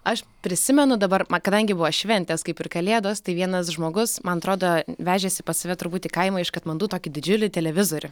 aš prisimenu dabar kadangi buvo šventės kaip ir kalėdos tai vienas žmogus man atrodo vežėsi pas save turbūt į kaimą iš katmandu tokį didžiulį televizorių